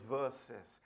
verses